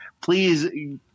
please